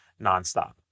nonstop